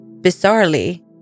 bizarrely